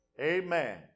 Amen